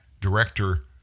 Director